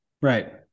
right